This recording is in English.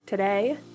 Today